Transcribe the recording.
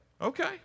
Okay